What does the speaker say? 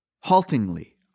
Haltingly